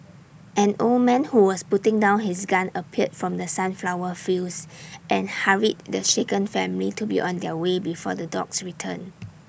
an old man who was putting down his gun appeared from the sunflower fields and hurried the shaken family to be on their way before the dogs return